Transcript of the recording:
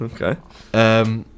okay